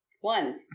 One